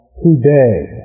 today